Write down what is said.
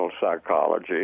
psychology